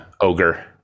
ogre